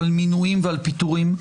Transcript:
על מינויים ועל פיטורים.